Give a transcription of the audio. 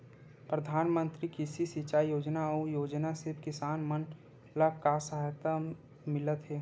प्रधान मंतरी कृषि सिंचाई योजना अउ योजना से किसान मन ला का सहायता मिलत हे?